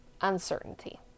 uncertainty